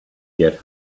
get